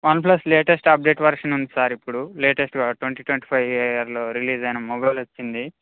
one plus latest update version ఉంది sir ఇప్పుడు latest twenty twenty five ఇయర్లో release అయిన మొబైల్ వచ్చింది